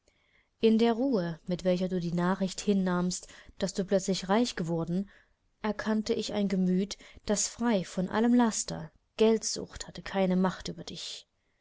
in der ruhe mit welcher du die nachricht hinnahmst daß du plötzlich reich geworden erkannte ich ein gemüt das frei von allem laster geldsucht hatte keine macht über dich